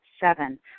Seven